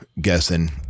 guessing